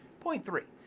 point three,